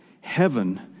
Heaven